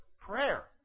Prayer